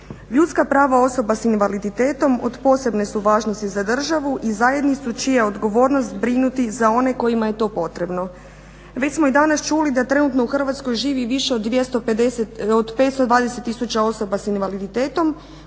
Ljudska prava osoba sa invaliditetom od posebne su važnosti za državu i zajednicu čija je odgovornost brinuti za one kojima je to potrebno. Već smo i danas čuli da trenutno u Hrvatskoj živi više od 520 tisuća osoba sa invaliditetom.